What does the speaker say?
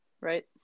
right